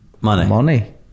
money